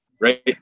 right